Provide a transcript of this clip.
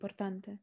importante